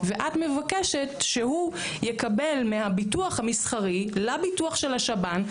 ואת מבקשת שהוא יקבל מהביטוח המסחרי לביטוח של השב"ן.